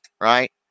right